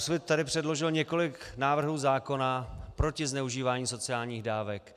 Úsvit tady předložil několik návrhů zákona proti zneužívání sociálních dávek.